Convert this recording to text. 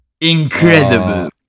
incredible